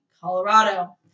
Colorado